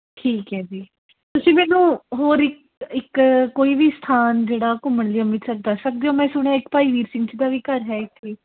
ਠੀਕ ਹੈ ਜੀ ਤੁਸੀਂ ਮੈਨੂੰ ਹੋਰ ਇੱਕ ਇੱਕ ਕੋਈ ਵੀ ਸਥਾਨ ਜਿਹੜਾ ਘੁੰਮਣ ਲਈ ਅੰਮ੍ਰਿਤਸਰ ਦੱਸ ਸਕਦੇ ਹੋ ਮੈਂ ਸੁਣਿਆ ਇੱਕ ਭਾਈ ਵੀਰ ਸਿੰਘ ਜੀ ਦਾ ਵੀ ਘਰ ਹੈ ਇੱਥੇ